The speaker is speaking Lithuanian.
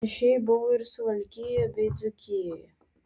panašiai buvo ir suvalkijoje bei dzūkijoje